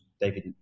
David